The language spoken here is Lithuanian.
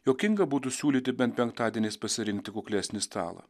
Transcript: juokinga būtų siūlyti bent penktadienis pasirinkti kuklesnį stalą